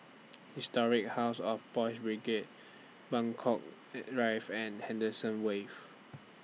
Historic House of Boys' Brigade Buangkok rife and Henderson Wave